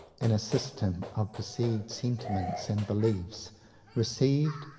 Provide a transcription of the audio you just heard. in a system of received sentiments and beliefs received,